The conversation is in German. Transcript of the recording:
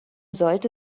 sollte